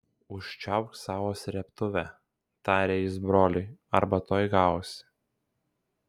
užčiaupk savo srėbtuvę tarė jis broliui arba tuoj gausi